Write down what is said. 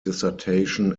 dissertation